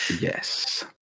Yes